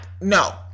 No